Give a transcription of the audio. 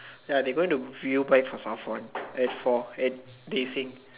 ya they going to view bike for far font at four at they sing